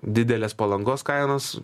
didelės palangos kainos